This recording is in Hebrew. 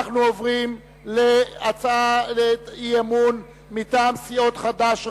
אנחנו עוברים להצעת אי-אמון מטעם סיעות חד"ש,